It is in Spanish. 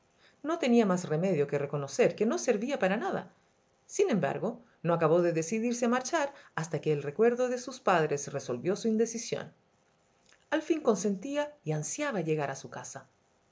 no tenía más remedio que reconocer que no servia para nada sin embargo no acabó de decidirse a marchar hasta que el recuerdo de sus padres resolvió su indecisión al fin consentía y ansial a llegar a su casa en